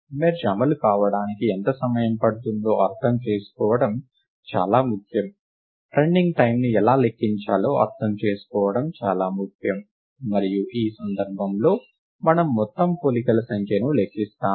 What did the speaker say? merge అమలు కావడానికి ఎంత సమయం పడుతుందో అర్థం చేసుకోవడం చాలా ముఖ్యం రన్నింగ్ టైమ్ని ఎలా లెక్కించాలో అర్థం చేసుకోవడం చాలా ముఖ్యం మరియు ఈ సందర్భంలో మనము మొత్తం పోలికల సంఖ్యను లెక్కిస్తాము